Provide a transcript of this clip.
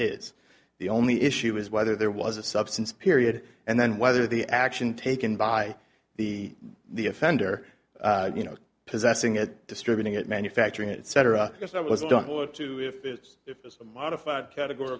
is the only issue is whether there was a substance period and then whether the action taken by the the offender you know possessing it distributing it manufacturing it cetera yes i was i don't want to if it's if it's a modified categor